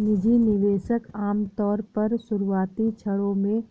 निजी निवेशक आमतौर पर शुरुआती क्षणों में